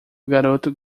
garoto